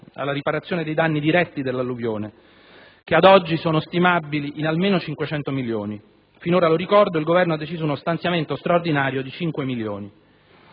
alla riparazione dei danni diretti dell'alluvione, che ad oggi sono stimabili in almeno 500 milioni di euro. Finora, lo ricordo, il Governo ha deciso uno stanziamento straordinario di 5 milioni